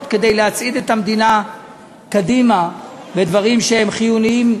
כדי להצעיד את המדינה קדימה לדברים שהם חיוניים